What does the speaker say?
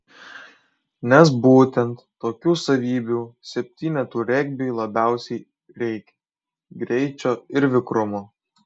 nes būtent tokių savybių septynetų regbiui labiausiai reikia greičio ir vikrumo